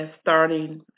starting